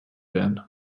werden